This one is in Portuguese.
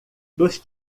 dos